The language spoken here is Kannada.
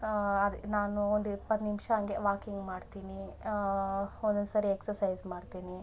ಅದೇ ನಾನು ಒಂದು ಇಪ್ಪತ್ತು ನಿಮಿಷ ಹಂಗೇ ವಾಕಿಂಗ್ ಮಾಡ್ತೀನಿ ಒಂದೊಂದು ಸರಿ ಎಕ್ಸಸೈಸ್ ಮಾಡ್ತೀನಿ